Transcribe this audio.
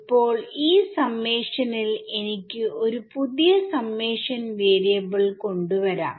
ഇപ്പോൾ ഈ സമ്മേഷനിൽ എനിക്ക് ഒരു പുതിയ സമ്മേഷൻ വാരിയബിൾ കൊണ്ട് വരാം